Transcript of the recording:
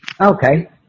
Okay